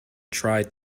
tried